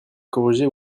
corriger